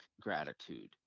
gratitude